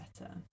better